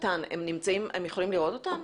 הם יכולים לראות אותם?